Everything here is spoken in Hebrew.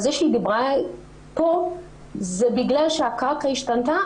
אבל זה שהיא דיברה פה זה בגלל שהקרקע השתנתה,